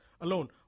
alone